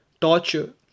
torture